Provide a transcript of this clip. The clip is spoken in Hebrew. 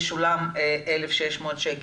לא פלא שאנחנו שומעים יותר ויותר על